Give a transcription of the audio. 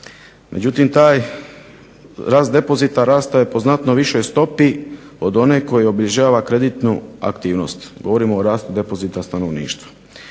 međutim, taj rast depozita rastao je po znatno višoj stopi od one koju obilježava kreditnu aktivnost, govorimo o rastu depozita stanovništva.